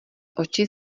oči